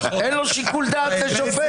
אין שיקול דעת לשופט?